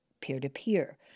peer-to-peer